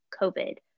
COVID